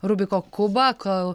rubiko kubą kol